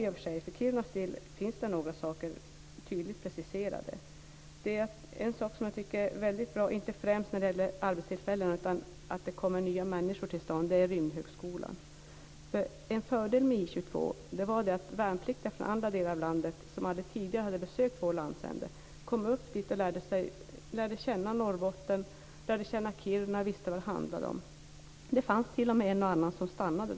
För Kirunas del finns det några saker tydligt preciserade. En sak som gör att det kommer nya människor till staden - även om det inte är fråga om så många arbetstillfällen - är Rymdhögskolan. En fördel med I 22 var att värnpliktiga från andra delar av landet, som aldrig tidigare hade besökt vår landsända, lärde känna Norrbotten och Kiruna. Det fanns t.o.m. en och annan som stannade.